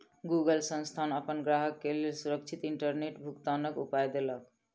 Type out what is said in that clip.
Google संस्थान अपन ग्राहक के लेल सुरक्षित इंटरनेट भुगतनाक उपाय देलक